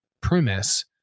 premise